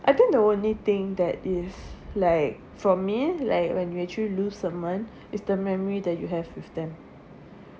I think the only thing that is like for me like when we actually lose a month is the memory that you have with them